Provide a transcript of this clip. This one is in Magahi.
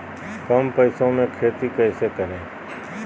कम पैसों में खेती कैसे करें?